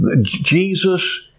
Jesus